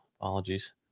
Apologies